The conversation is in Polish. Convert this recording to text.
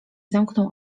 zamknął